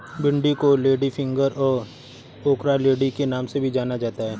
भिन्डी को लेडीफिंगर और ओकरालेडी के नाम से भी जाना जाता है